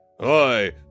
Hi